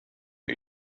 een